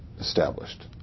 established